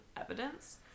evidence